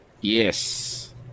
Yes